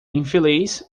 infeliz